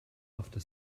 after